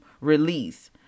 release